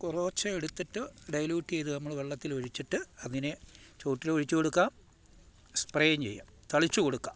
കുറച്ച് എടുത്തിട്ട് ഡൈലൂട്ട് ചെയ്ത് നമ്മൾ വെള്ളത്തിലൊഴിച്ചിട്ട് അതിനെ ചുവട്ടിലൊഴിച്ച് കൊടുക്കാം സ്പ്രേയും ചെയ്യാം തളിച്ച് കൊടുക്കാം